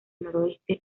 noroeste